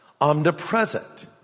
Omnipresent